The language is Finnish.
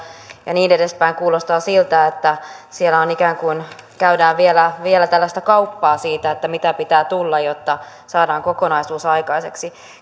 ja niin edespäin kuulostaa siltä että siellä ikään kuin käydään vielä vielä tällaista kauppaa siitä mitä pitää tulla jotta saadaan kokonaisuus aikaiseksi